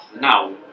Now